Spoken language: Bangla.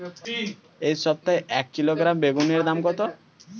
এই সপ্তাহে এক কিলোগ্রাম বেগুন এর দাম কত?